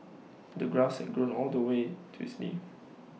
the grass had grown all the way to his knees